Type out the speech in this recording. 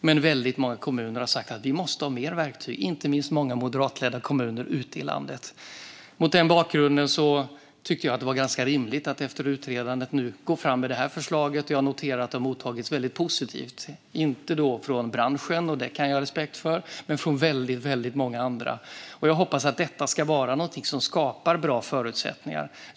Men väldigt många kommuner har sagt att de måste ha fler verktyg, inte minst många moderatledda kommuner ute i landet. Mot den bakgrunden tyckte jag att det var ganska rimligt att efter utredning gå fram med det här förslaget. Jag noterar att det har mottagits väldigt positivt - inte av branschen, och det kan jag ha respekt för, men av väldigt många andra. Jag hoppas att detta ska vara något som skapar bra förutsättningar.